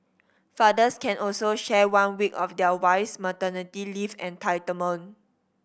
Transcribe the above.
fathers can also share one week of their wife's maternity leave entitlement